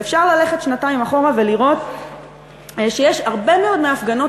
ואפשר ללכת שנתיים אחורה ולראות שהרבה מאוד מההפגנות